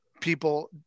people